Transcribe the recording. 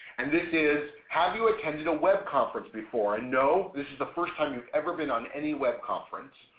and this is have you attended a web conference before? and no, this is the first time you've ever been on any web conference,